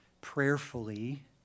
prayerfully